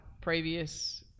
previous